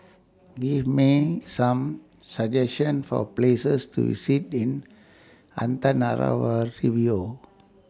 Give Me Some suggestions For Places to Sit in Antananarivo